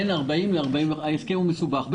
ההסכם מסובך.